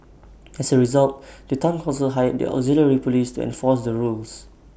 as A result the Town Council hired the auxiliary Police enforce the rules